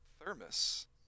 thermos